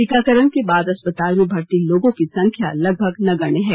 टीकाकरण के बाद अस्पताल में भर्ती लोगों की संख्या लगभग नगण्य है